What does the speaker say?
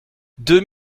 deux